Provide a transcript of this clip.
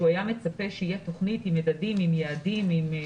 היה מצפה שתהיה תוכנית עם מדדים ועם יעדים.